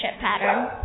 pattern